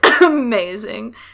amazing